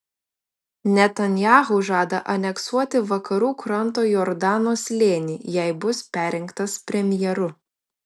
netanyahu žada aneksuoti vakarų kranto jordano slėnį jei bus perrinktas premjeru